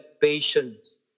patience